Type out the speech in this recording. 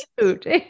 food